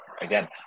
again